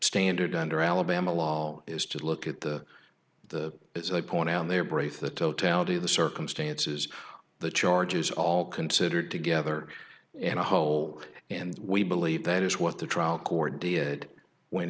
standard under alabama law is to look at the the point on their brief the totality of the circumstances the charges all considered together in a whole and we believe that is what the trial court did when